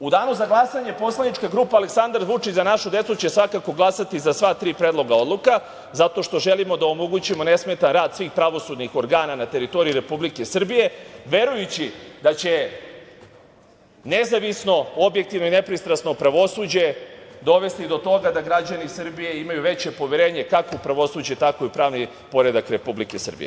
U danu za glasanje Poslanička grupa „Aleksandar Vučić – Za našu decu“ će svakako glasati za sva tri predloga odluka, zato što želimo da omogućimo nesmetan rad svih pravosudnih organa na teritoriji Republike Srbije, verujući da će nezavisno, objektivno i nepristrasno pravosuđe dovesti do toga da građani Srbije imaju veće poverenje kako u pravosuđe, tako i u pravni poredak Republike Srbije.